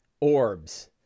orbs